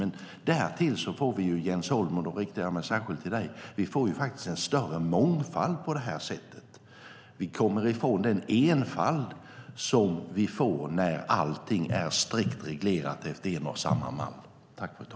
Men, Jens Holm, vi får ju en större mångfald på det här sättet. Vi kommer ifrån den enfald som blir av att allt är strikt reglerat efter en och samma mall.